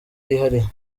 yihariye